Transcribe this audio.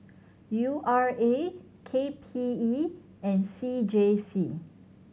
U R A K P E and C J C